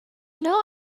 know